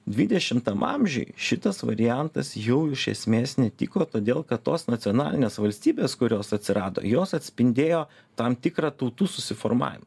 dvidešimtam amžiui šitas variantas jau iš esmės netiko todėl kad tos nacionalinės valstybės kurios atsirado jos atspindėjo tam tikrą tautų susiformavimą